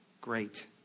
great